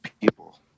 people